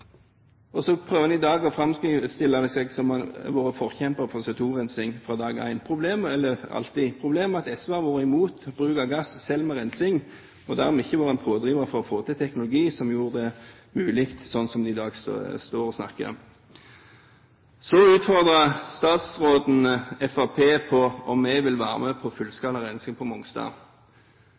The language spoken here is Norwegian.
Og så prøver man i dag å framstille det som om man har vært forkjemper for CO2-rensing fra dag én. Problemet er at SV har vært imot bruk av gass – selv med rensing – og dermed ikke har vært en pådriver for å få til teknologi som gjorde det mulig. Så utfordrer statsråden Fremskrittspartiet på om vi vil være med på fullskala rensing på Mongstad.